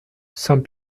saint